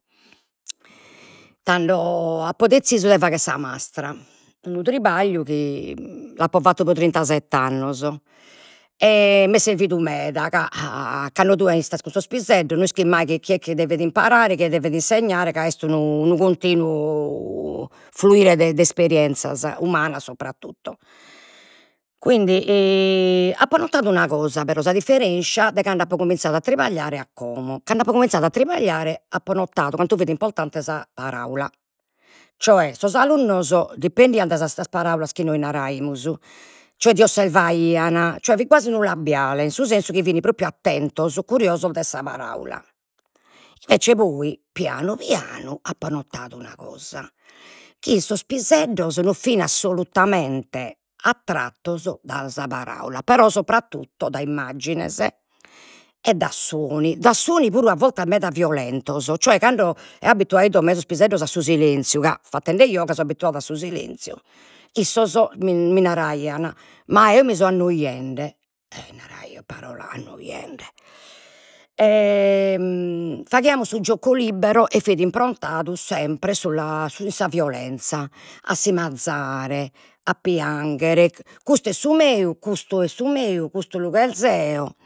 Tando apo dezisu 'e fagher sa mastra, unu tripagliu chi l'apo fattu pro trintasett'annos e m'est servidu meda, ca cando tue istas cun sos piseddos no ischis mai chi chi devet imparare, chie devet insegnare, ca est unu continu fluire de esperienzas, umanas sopratutto, quindi apo notadu una cosa però, sa differenzia de cando apo cominzadu a trapagliare a como, cando apo cominzadu a trapagliare apo notadu cantu fit importante sa paraula, cioè sos alunnos dipendian dai sas paraulas chi nois naraimus, cioè ti osservaian, cioè fit quasi unu labiale, in su sensu chi fin propriu attentos, curiosos de sa paraula. Invece poi pianu pianu apo notadu una cosa, chi sos piseddos non fin assolutamente attrattos dai sa paraula, però sopratutto dai immaggines e da suoni, da suoni a bortas meda violentos, cioè cando e sos piseddos a su silenziu, ca fatende yoga so abituada a su silenzio, issos mi naraian, ma eo mi so annoiende, eo naraio, parola annoiende, faghiamus su gioco libero e fit improntadu sempre sulla su sa violenza, a si mazzare, a pianghere, custu est su meu, custu est su meu, custu lu cherz'eo